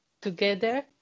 together